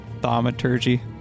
thaumaturgy